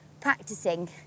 practicing